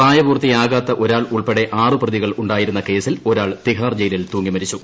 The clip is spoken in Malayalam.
പ്രായപൂർത്തിയാകാത്ത ഒരാൾ ഉൾപ്പെടെ ആറ് പ്രതികൾ ഉണ്ടായിരുന്ന കേസിൽ ഒരാൾ തിഹാർ ജയിലിൽ തൂങ്ങി മരിച്ചു